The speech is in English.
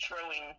throwing